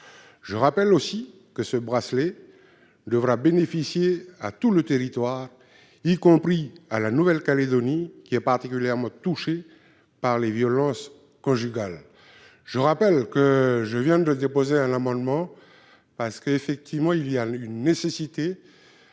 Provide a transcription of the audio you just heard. je rappelle aussi que ce bracelet devra bénéficier à tout le territoire, y compris à la Nouvelle-Calédonie, qui est particulièrement touchée par les violences conjugales, je rappelle que je viens de déposer un amendement parce que, effectivement, il y a une nécessité